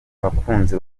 abakunzi